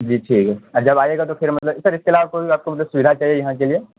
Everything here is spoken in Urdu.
جی ٹھیک ہے اور جب آئیے گا تو پھر مطلب سر اس کے علاوہ کوئی بھی آپ کو مطلب سودھا چاہیے یہاں کے لیے